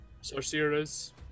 Sorcerer's